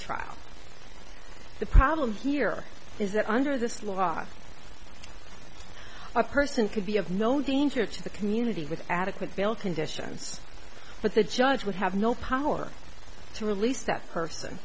trial the problem here is that under this law a person could be of known danger to the community with adequate bail conditions but the judge would have no power to release that person